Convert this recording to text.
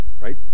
right